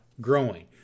Growing